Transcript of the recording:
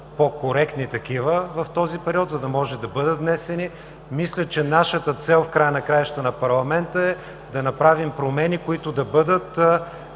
по-коректни такива в този период, за да може да бъдат внесени. Мисля, че нашата цел – на парламента, е в края на краищата да направим промени, които да бъдат